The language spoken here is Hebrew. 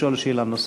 לשאול שאלה נוספת.